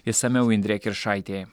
išsamiau indrė kiršaitė